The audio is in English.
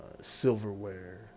silverware